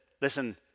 listen